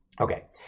Okay